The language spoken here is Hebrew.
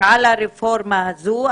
על הרפורמה הזו.